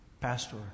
Pastor